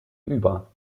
über